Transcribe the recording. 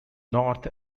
north